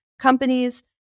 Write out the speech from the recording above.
companies